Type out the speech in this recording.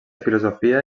filosofia